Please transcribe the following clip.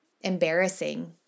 embarrassing